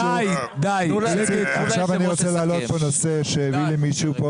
עכשיו אני רוצה להעלות כאן נושא שנחום התייחס